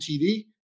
TV